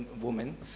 woman